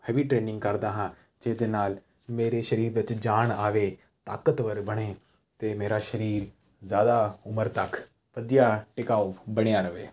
heavy training ਕਰਦਾ ਹਾਂ ਜਿਹਦੇ ਨਾਲ ਮੇਰੇ ਸਰੀਰ ਵਿੱਚ ਜਾਨ ਆਵੇ ਤਾਕਤਵਰ ਬਣੇ ਅਤੇ ਮੇਰਾ ਸਰੀਰ ਜ਼ਿਆਦਾ ਉਮਰ ਤੱਕ ਵਧੀਆ ਟਿਕਾਓ ਬਣਿਆ ਰਹੇ